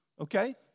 Okay